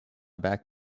back